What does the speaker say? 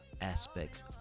aspects